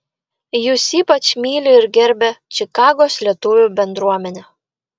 jus ypač myli ir gerbia čikagos lietuvių bendruomenė